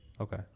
Okay